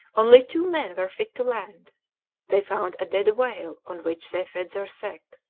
only two men were fit to land they found a dead whale on which they fed their sick.